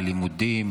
ללימודים,